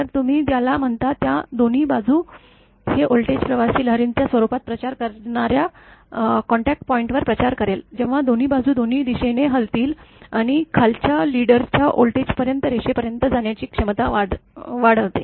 तर तुम्ही ज्याला म्हणता त्या दोन्ही बाजू हे व्होल्टेज प्रवासी लहरींच्या स्वरूपात प्रचार करणाऱ्या कॉन्टॅक्ट पॉईंटवर प्रचार करेल जेव्हा दोन्ही बाजू दोन्ही दिशेने हलतील आणि खालच्या लीडरच्या व्होल्टेजपर्यंत रेषेपर्यंत जाण्याची क्षमता वाढवते